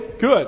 good